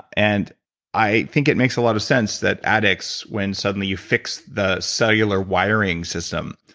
and i think it makes a lot of sense that addicts, when suddenly you fix the cellular wiring system,